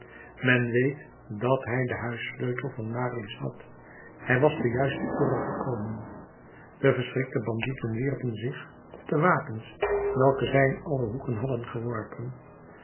men weet dat hij den huissleutel van marius had hij was te juister ure gekomen de verschrikte bandieten wierpen zich op de wapens welke zij in alle hoeken hadden geworpen